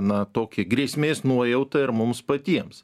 na tokį grėsmės nuojautą ir mums patiems